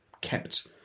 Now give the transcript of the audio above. kept